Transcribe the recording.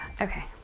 okay